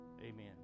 Amen